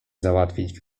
załatwić